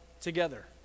together